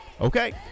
Okay